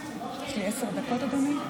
תפסיקו, יש לי עשר דקות, אדוני?